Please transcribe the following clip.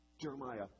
Jeremiah